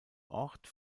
ort